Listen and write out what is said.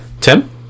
Tim